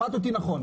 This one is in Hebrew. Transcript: שמעת אותי נכון.